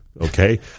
Okay